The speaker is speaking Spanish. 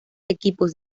equipos